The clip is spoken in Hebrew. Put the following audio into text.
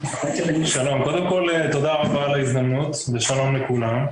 קודם כל תודה רבה על ההזדמנות ושלום לכולם.